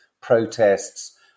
protests